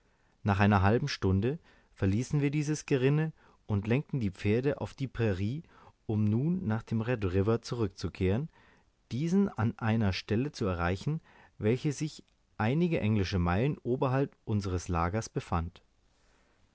nach einer halben stunde verließen wir dieses gerinne und lenkten die pferde auf die prairie um nun nach dem red river zurückkehrend diesen an einer stelle zu erreichen welche sich einige englische meilen oberhalb unsers lagers befand